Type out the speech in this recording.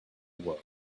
world